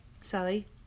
Sally